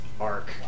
arc